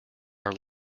are